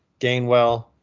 Gainwell